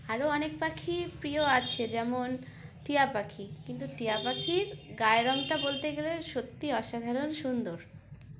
আরও অনেক পাখি প্রিয় আছে যেমন টিয়া পাখি কিন্তু টিয়া পাখির গাায় রঙটা বলতে গেলে সত্যিই অসাধারণ সুন্দর